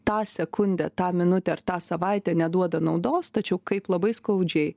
tą sekundę tą minutę ar tą savaitę neduoda naudos tačiau kaip labai skaudžiai